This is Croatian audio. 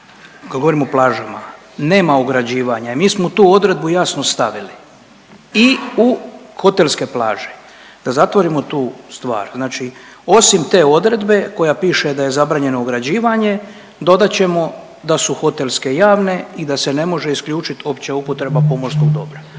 bio, govorim o plažama, nema ograđivanja i mi smo tu odredbu jasno stavili i u hotelske plaže da zatvorimo tu stvar. Znači osim te odredbe koja piše da je zabranjeno ograđivanje dodat ćemo da su hotelske javne i da se ne može isključiti opća upotreba pomorskog dobra.